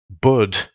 Bud